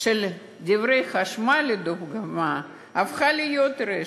לדברי חשמל, לדוגמה, הפכה להיות רשת.